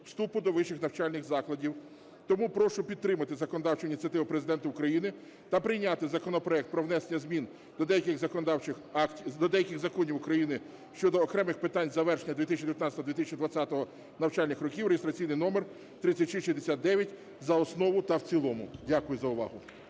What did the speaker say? вступу до вищих навчальних закладів. Тому прошу підтримати законодавчу ініціативу Президента України та прийняти законопроект про внесення змін до деяких законів України щодо окремих питань завершення 2019-2020 навчального року (реєстраційний номер 3669) за основу та в цілому. Дякую за увагу.